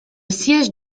siège